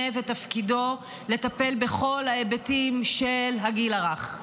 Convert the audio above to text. ותפקידו לטפל בכל ההיבטים של הגיל הרך.